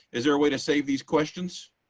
is there a way to save these questions?